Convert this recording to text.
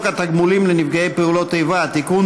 התגמולים לנפגעי פעולות איבה (תיקון,